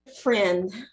friend